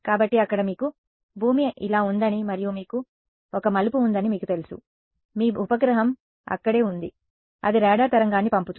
కాబట్టి అక్కడ మీకు భూమి ఇలా ఉందని మరియు మీకు ఒక మలుపు ఉందని మీకు తెలుసు మీ ఉపగ్రహం ఇక్కడే ఉంది అది రాడార్ తరంగాన్ని పంపుతుంది